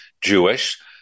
Jewish